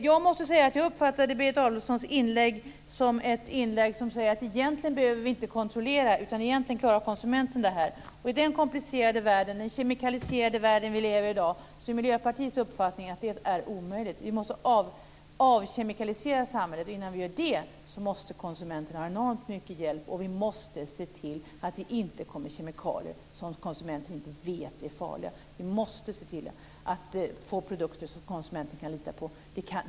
Jag måste säga att jag uppfattade Berit Adolfssons inlägg som att egentligen behöver vi inte kontrollera utan egentligen klarar konsumenten det här. I den komplicerade och kemikaliserade värld vi i dag lever i är Miljöpartiets uppfattning att detta är omöjligt. Vi måste avkemikalisera samhället, och innan vi gör det måste konsumenterna ha enormt mycket hjälp. Vi måste också se till att det inte kommer kemikalier som konsumenten inte vet är farliga. Vi måste se till att få produkter som konsumenten kan lita på.